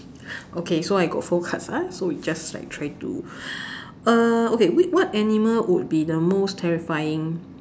okay so I got four cards ah so we just like try to uh okay what animal would be the most terrifying